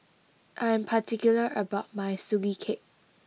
I am particular about my Sugee Cake